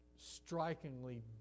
strikingly